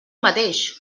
mateix